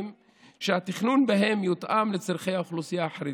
שהתכנון בהם יותאם לצורכי האוכלוסייה החרדית,